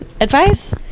advice